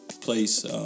place